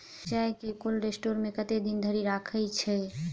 मिर्चा केँ cold store मे कतेक दिन धरि राखल छैय?